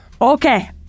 Okay